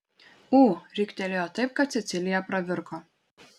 ū riktelėjo taip kad cecilija pravirko